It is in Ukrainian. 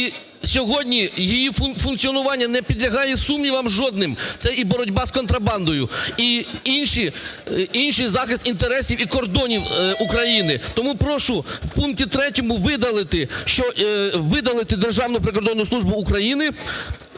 сьогодні її функціонування не підлягає сумнівам жодним. Це і боротьба з контрабандою, і інші… захист інтересів і кордонів України. Тому прошу в пункті 3 видали, що… видалити "Державної прикордонної служби України".